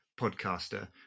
podcaster